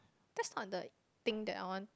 just not thing that I want